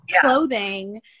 ...clothing